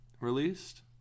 released